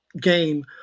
game